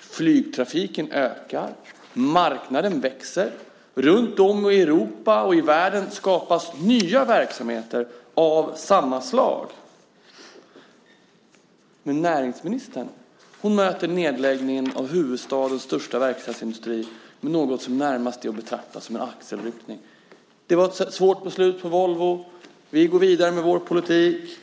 Flygtrafiken ökar. Marknaden växer. Runtom i Europa och i världen skapas nya verksamheter av samma slag. Men näringsministern möter nedläggningen av huvudstadens största verkstadsindustri med något som närmast är att betrakta som en axelryckning: Det var ett svårt beslut på Volvo. Vi går vidare med vår politik.